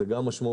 זה גם משמעותי.